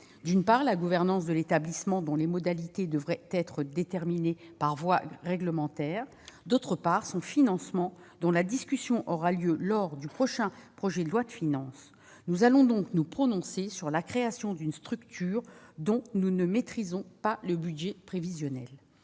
d'une part sur la gouvernance de l'établissement, dont les modalités devraient être déterminées par voie réglementaire, d'autre part sur son financement, qui sera discuté lors de l'examen du prochain projet de loi de finances. Nous allons donc devoir nous prononcer sur la création d'une structure sans connaître son budget prévisionnel.